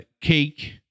cake